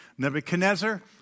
Nebuchadnezzar